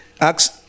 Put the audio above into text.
Acts